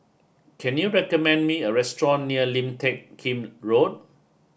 can you recommend me a restaurant near Lim Teck Kim Road